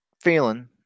feeling